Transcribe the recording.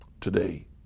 Today